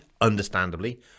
understandably